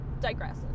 digress